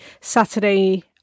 Saturday